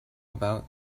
about